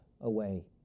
away